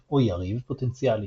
"אויב", או "יריב" פוטנציאלי.